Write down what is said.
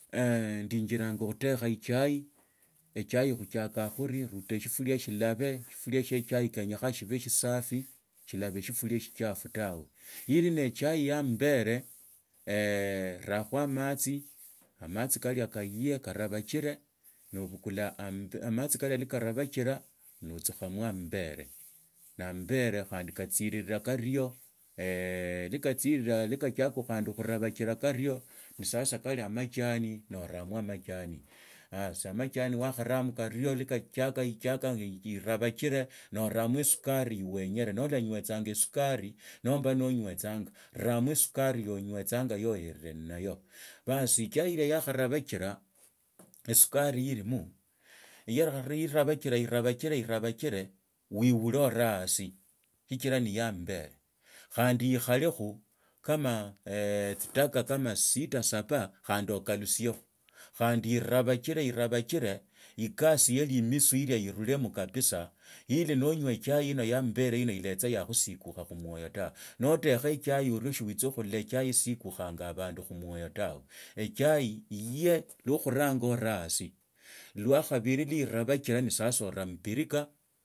ndiinjiranga okhutzkha ichai khuchiakaa khurii ote shifuria shilaba shifuria sichafu tawe ili ne echai ya ambere rokho amatsi kaha koiyi karabatsi amatsi kalia nakarabachila notsi khamo ambere na mmbere khandi katsiniraa kario. Nikachiaka khandi khuraba khila kario ndi sasa kali amachani noramo amachani baas amachani wakharamo kario lwa kachiaka ichiaka irabachilanoramo esukari yo wenyele noranywetsanga esukari nomba nonywetsanga ramo esukari yoonywetsanga yoyere nnayo baasi echai hiyo yakharabachila esukari ilimo gerarii irabachile krabachila irabachila viula ora hasi sichira niya ambere khandi okalusiekho khandi irabachile egas ya limisi iliya iruramo kabisa ili nonywe echai ino ya ambere iletsa yakhusikukha khumwoyo tawe notakha echai oivo siwutsa khulota echai iiye lwo khuranga ore hasilwa khabili lwe irabachila na sasa oraa mubirika.